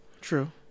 True